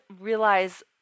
realize